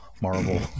Marvel